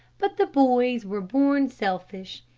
but the boys were born selfish,